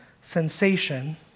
sensation